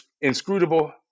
inscrutable